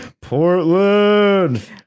Portland